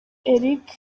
eric